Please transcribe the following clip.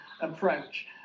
approach